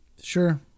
Sure